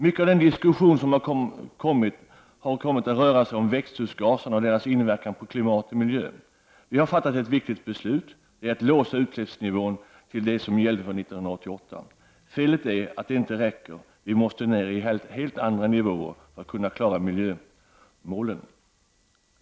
Mycket av den diskussion som förts har kommit att röra sig om växthusgaserna och deras inverkan på klimat och miljö. Vi har fattat ett viktigt beslut, nämligen att låsa utsläppsnivån till det som gällde för 1988. Felet är att detta inte räcker. Vi måste ned på helt andra nivåer för att kunna klara miljömålen.